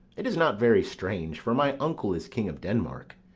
it is not very strange for my uncle is king of denmark,